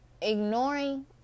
Ignoring